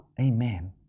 Amen